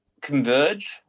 Converge